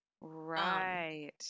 Right